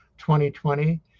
2020